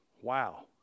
Wow